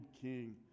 king